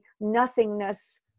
nothingness